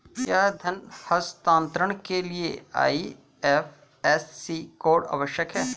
क्या धन हस्तांतरण के लिए आई.एफ.एस.सी कोड आवश्यक है?